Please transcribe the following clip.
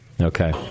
Okay